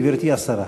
גברתי השרה.